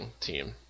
team